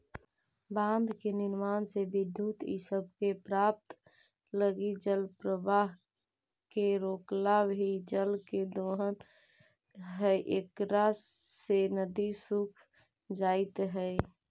बाँध के निर्माण से विद्युत इ सब के प्राप्त लगी जलप्रवाह के रोकला भी जल के दोहन हई इकरा से नदि सूख जाइत हई